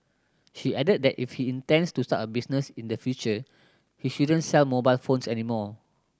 she added that if he intends to start a business in the future he shouldn't sell mobile phones any more